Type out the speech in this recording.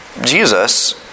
Jesus